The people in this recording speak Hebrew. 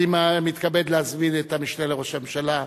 אני מתכבד להזמין את המשנה לראש הממשלה,